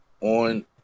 on